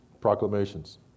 proclamations